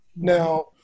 Now